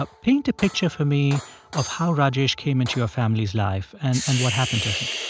ah paint a picture for me of how rajesh came into your family's life and and what happened to him